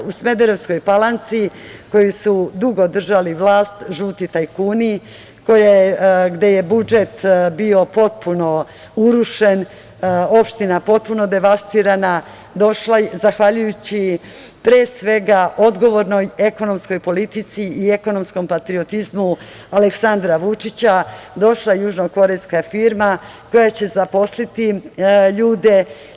U Smederevskoj Palanci, u kojoj su dugo držali vlast žuti tajkuni, gde je budžet bio potpuno urušen, opština potpuno devastirana, zahvaljujući pre svega, odgovornoj ekonomskoj politici i ekonomskom patriotizmu Aleksandra Vučića došla južnokorejska firma koja će zaposliti ljude.